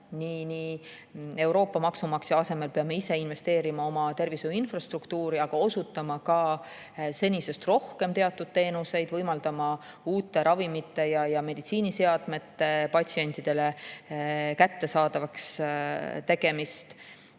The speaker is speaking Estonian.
Euroopa maksumaksja asemel peame ise investeerima oma tervishoiu infrastruktuuri ja osutama senisest rohkem teatud teenuseid, võimaldama uute ravimite ja meditsiiniseadmete patsientidele kättesaadavaks tegemist.